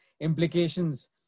implications